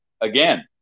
again